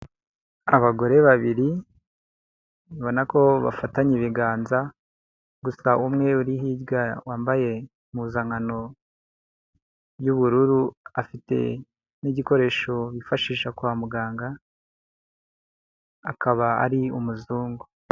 Abagore babiri ubona ko bafatanye ibiganza, gusa umwe uri hirya wambaye impuzankano y'ubururu afite n'igikoresho bifashisha kwa muganga, akaba ari umuzungu.